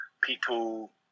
people